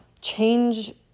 change